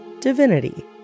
divinity